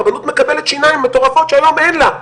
הרבנות מקבלת שיניים מטורפות שהיום אין לה.